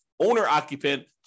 owner-occupant